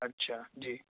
اچھا جی